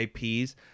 IPs